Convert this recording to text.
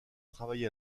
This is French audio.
travaillé